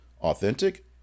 authentic